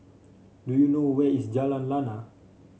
do you know where is Jalan Lana